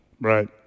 Right